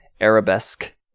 Arabesque